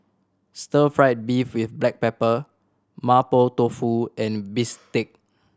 stir fried beef with black pepper Mapo Tofu and bistake